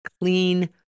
clean